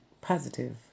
positive